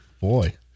Boy